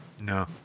No